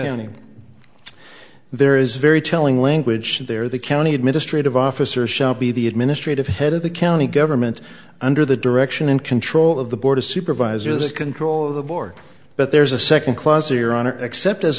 yanni there is very telling language there the county administrative officer shall be the administrative head of the county government under the direction and control of the board of supervisors control of the board but there's a second clause of your honor except as